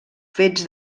fets